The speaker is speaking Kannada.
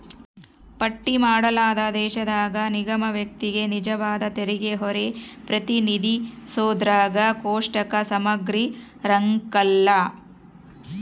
ಪಟ್ಟಿ ಮಾಡಲಾದ ದೇಶದಾಗ ನಿಗಮ ವ್ಯಕ್ತಿಗೆ ನಿಜವಾದ ತೆರಿಗೆಹೊರೆ ಪ್ರತಿನಿಧಿಸೋದ್ರಾಗ ಕೋಷ್ಟಕ ಸಮಗ್ರಿರಂಕಲ್ಲ